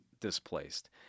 displaced